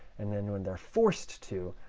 and then when they're forced to,